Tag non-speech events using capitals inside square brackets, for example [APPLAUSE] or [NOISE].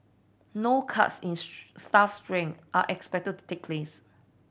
no cuts in [UNINTELLIGIBLE] staff strength are expected to take place